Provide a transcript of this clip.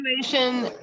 situation